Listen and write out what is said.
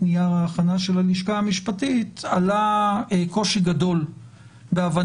נייר ההכנה של הלשכה המשפטית עלה קושי גדול בהבנת